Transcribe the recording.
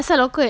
pasal awkward